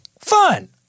fun